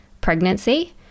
pregnancy